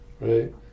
right